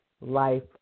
life